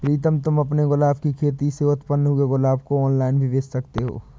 प्रीतम तुम अपने गुलाब की खेती से उत्पन्न हुए गुलाब को ऑनलाइन भी बेंच सकते हो